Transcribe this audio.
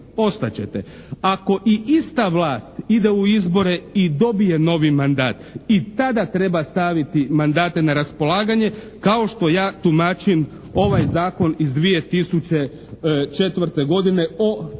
ostat ćete. Ako i ista vlast ide u izbore i dobije novi mandat i tada treba staviti mandate na raspolaganje kao što ja tumačim ovaj Zakon iz 2004. godine o